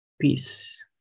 peace